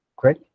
Great